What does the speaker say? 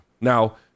Now